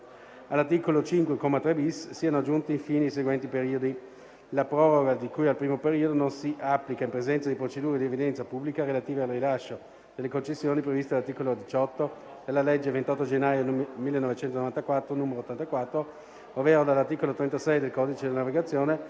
all'articolo 5, comma 3-*bis,* siano aggiunti infine i seguenti periodi: «La proroga di cui al primo periodo non si applica in presenza di procedure di evidenza pubblica relative al rilascio delle concessioni previste dall'articolo 18 della legge 28 gennaio 1994, n. 84, ovvero dall'articolo 36 del codice della navigazione,